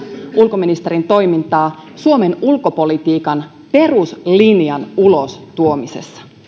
ulkoministerin toimintaa suomen ulkopolitiikan peruslinjan ulostuomisessa